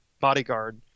bodyguard